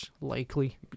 Likely